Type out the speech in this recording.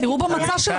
תראו במצע שלו.